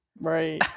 right